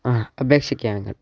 ആ